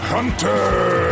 Hunter